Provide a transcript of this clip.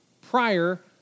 prior